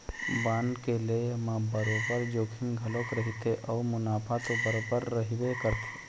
bond के लेय म बरोबर जोखिम घलोक रहिथे अउ मुनाफा तो बरोबर रहिबे करथे